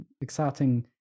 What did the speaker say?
exciting